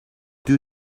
due